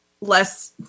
less